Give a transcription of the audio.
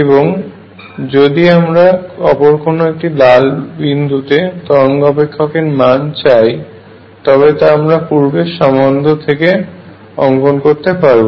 এখন যদি আমরা অপর কোন একটি লাল বিন্দুতে তরঙ্গ অপেক্ষকের মান চাই তবে তা আমরা পূর্বের সম্বন্ধ অনুযায়ী অঙ্কন করতে পারব